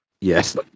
Yes